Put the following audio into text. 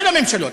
כל הממשלות,